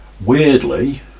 weirdly